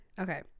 Okay